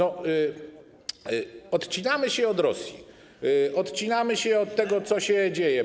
Odcinamy się od Rosji, odcinamy się od tego, co się dzieje.